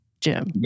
Jim